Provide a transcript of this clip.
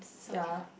ya